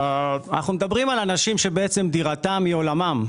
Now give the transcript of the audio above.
אנחנו מדברים על אנשים שדירתם היא עולמם.